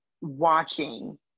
watching